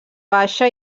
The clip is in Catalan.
baixa